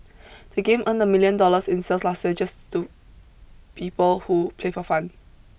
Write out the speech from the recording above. the game earned a million dollars in sales last year just to people who play for fun